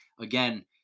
again